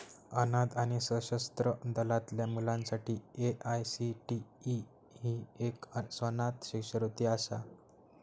अनाथ आणि सशस्त्र दलातल्या मुलांसाठी ए.आय.सी.टी.ई ही एक स्वनाथ शिष्यवृत्ती असा